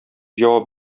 җавап